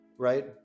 right